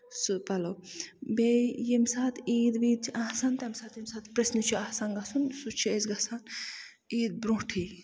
سُہ پَلو بیٚیہِ ییٚمہِ ساتہٕ عیٖد ویٖد چھےٚ آسان تَمہِ ساتہٕ ییٚمہِ ساتہٕ پریژنہِ چھُ آسان گژھُن سُہ چھِ أسۍ گژھان عیٖد برونٹھٕے